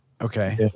Okay